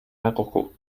marokko